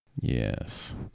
Yes